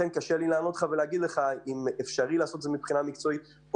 קשה לי לענות לך אם זה אפשרי מהבחינה המקצועית.